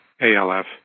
ALF